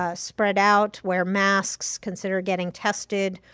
ah spread out, wear masks, consider getting tested,